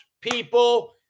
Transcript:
people